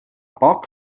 poc